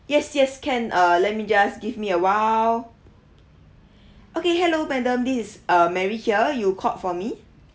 yes yes can uh let me just give me awhile okay hello madam this uh mary here you called for me